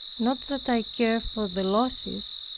not that i cared for the losses,